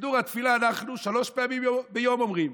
בסידור התפילה אנחנו שלוש פעמים ביום אומרים.